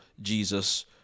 Jesus